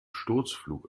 sturzflug